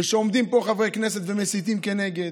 וכשעומדים פה חברי כנסת ומסיתים כנגד,